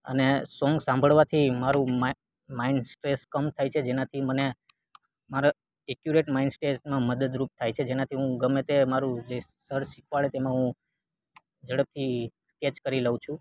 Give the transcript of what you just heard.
અને સોંગ સાંભળવાથી મારું માઈન્ડ સ્ટ્રેસ કમ થાય છે જેનાથી મને મારા એક્યુરેટ માઇન્ડ સ્ટેજમાં મદદરૂપ થાય છે જેનાથી હું ગમે તે મારું જે સર શિખવાડે તેમાં હું ઝડપથી કેચ કરી લઉં છું